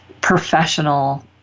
professional